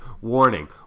warning